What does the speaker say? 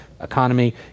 economy